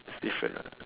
it's different ah